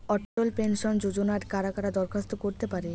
অটল pension যোজনায় কারা কারা দরখাস্ত করতে পারে?